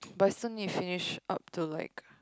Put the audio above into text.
person you finish up to like